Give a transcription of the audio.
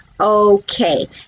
okay